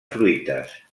fruites